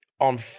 on